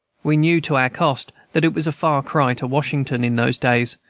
we knew to our cost that it was a far cry to washington in those days,